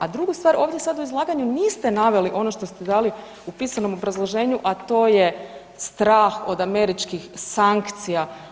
A druga stvar, ovdje sada u izlaganju niste naveli ono što ste dali u pisanom obrazloženju, a to je strah od američkih sankcija.